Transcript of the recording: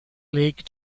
league